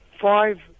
five